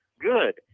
good